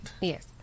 Yes